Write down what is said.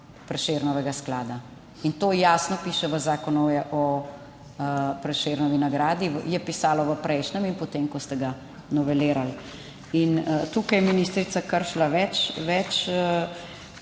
Prešernovega sklada, in to jasno piše v Zakonu o Prešernovi nagradi, je pisalo v prejšnjem in potem, ko ste ga novelirali. In tukaj je ministrica kršila več, več